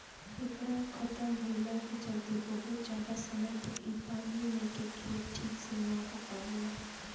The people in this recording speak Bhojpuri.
एकरा खतम भईला के चलते बहुत ज्यादा समय तक इ पानी मे के खेती ठीक से ना हो पावेला